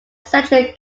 central